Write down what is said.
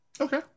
Okay